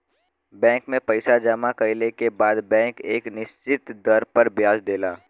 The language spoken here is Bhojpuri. बैंक में पइसा जमा कइले के बदले बैंक एक निश्चित दर पर ब्याज देला